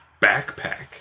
backpack